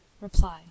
Reply